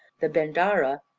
the bendarra,